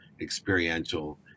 experiential